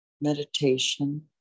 meditation